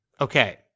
okay